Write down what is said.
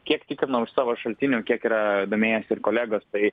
kiek tikrinau iš savo šaltinių kiek yra domėjęsi ir kolegos tai